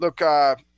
look –